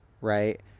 right